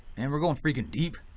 and we're going freaking deep.